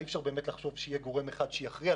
אי אפשר באמת לחשוב שיהיה גורם אחד שיכריע,